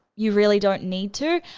you really don't need to,